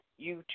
YouTube